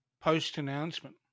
post-announcement